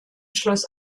schloss